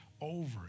over